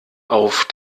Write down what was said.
auf